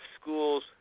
school's